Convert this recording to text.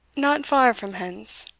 not far from hence,